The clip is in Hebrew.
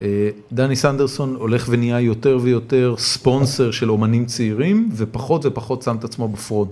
דני סנדרסון הולך ונהיה יותר ויותר ספונסר של אומנים צעירים ופחות ופחות שם את עצמו בפרונט.